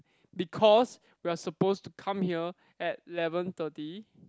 because we are supposed to come here at eleven thirty